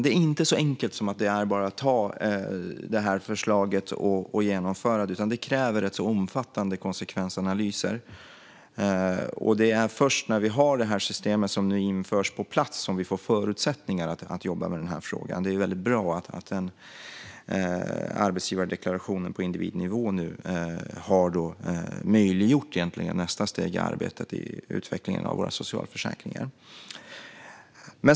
Det är inte så enkelt som att bara genomföra förslaget, utan det kräver rätt omfattande konsekvensanalyser. Det är först när vi har det system som nu införs på plats som vi får förutsättningar att jobba med denna fråga. Det är väldigt bra att en arbetsgivardeklaration på individnivå nu har möjliggjort nästa steg i arbetet med utveckling av våra socialförsäkringar.